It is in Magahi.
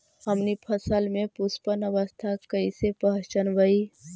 हमनी फसल में पुष्पन अवस्था कईसे पहचनबई?